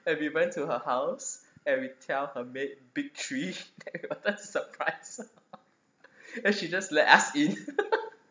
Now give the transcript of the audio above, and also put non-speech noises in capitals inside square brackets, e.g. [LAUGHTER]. and we went to her house and we tell her maid victory [LAUGHS] to give her a surprise then she just let us in [LAUGHS]